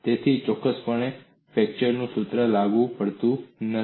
તેથી ચોક્કસપણે ફ્લેક્ચર સૂત્ર લાગુ પડતું નથી